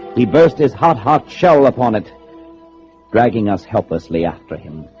he burst his hot hot shell upon it dragging us helplessly after him